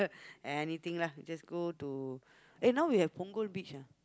anything lah you just go to eh now we have Punggol Beach ah